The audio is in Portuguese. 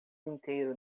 inteiro